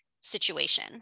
situation